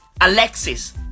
Alexis